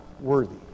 worthy